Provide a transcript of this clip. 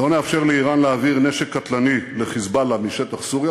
לא נאפשר לאיראן להעביר נשק קטלני ל"חיזבאללה" משטח סוריה,